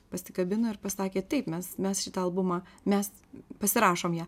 pasikabino ir pasakė taip mes mes šitą albumą mes pasirašom ją